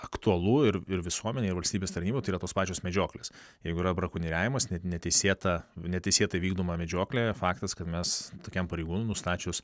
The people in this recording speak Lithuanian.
aktualu ir ir visuomenėj ir valstybės tarnybojtai yra tos pačios medžioklės jeigu yra brakonieriavimas ne neteisėta neteisėtai vykdoma medžioklė faktas kad mes tokiam pareigūnui nustačius